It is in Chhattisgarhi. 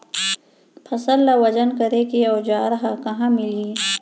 फसल ला वजन करे के औज़ार हा कहाँ मिलही?